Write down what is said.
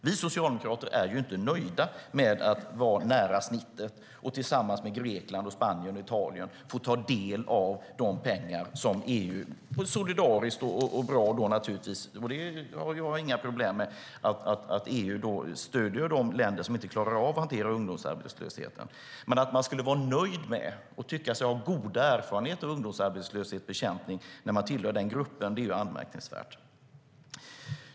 Vi socialdemokrater är inte nöjda med att vara nära snittet och tillsammans med Grekland, Spanien och Italien få ta del av de pengar som EU ger på ett solidariskt och bra sätt. Jag har naturligtvis inga problem med att EU stöder de länder som inte klarar av att hantera ungdomsarbetslösheten. Men att man skulle vara nöjd och tycka sig ha goda erfarenheter av ungdomsarbetslöshetsbekämpning när man tillhör den gruppen är anmärkningsvärt.